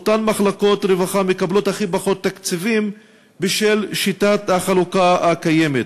אותן מחלקות רווחה מקבלות הכי פחות תקציבים בשל שיטת החלוקה הקיימת.